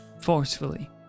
forcefully